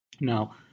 Now